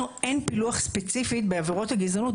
לנו אין פילוח ספציפי בעבירות הגזענות.